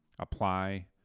apply